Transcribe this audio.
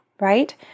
right